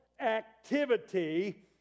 activity